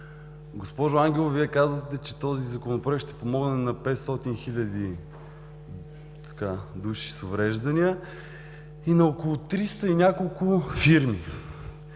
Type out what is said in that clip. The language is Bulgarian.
Госпожо Ангелова, Вие казахте, че този Законопроект ще помогне на 500 хиляди души с увреждания и на около триста и няколко фирми.